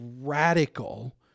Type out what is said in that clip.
radical